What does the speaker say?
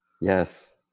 Yes